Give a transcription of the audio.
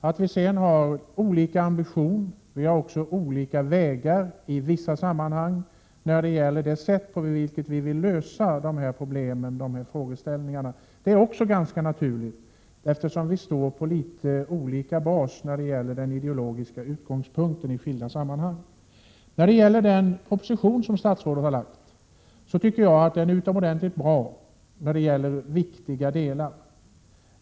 Att vi sedan har olika ambition, liksom att vi i vissa sammanhang anvisar olika vägar för att lösa problemen, är också ganska naturligt, eftersom vi står på litet olika bas vad beträffar den ideologiska utgångspunkten. Den proposition som statsrådet har lagt fram tycker jag är utomordentligt bra i vissa delar.